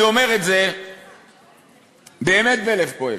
אני אומר את זה באמת בלב כואב,